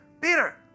Peter